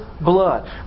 blood